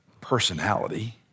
personality